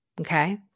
Okay